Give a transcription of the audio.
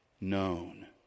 known